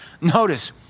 Notice